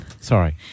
Sorry